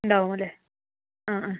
ഉണ്ടാകും അല്ലെ ആ